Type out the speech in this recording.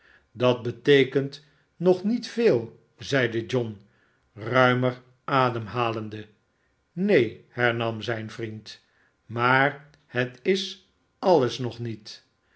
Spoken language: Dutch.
dat beteekent nog niet veel zeide john ruimer ademhalende neen hernam zijn vriend maar het is alles nog niet